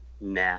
Nah